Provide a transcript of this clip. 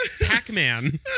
Pac-Man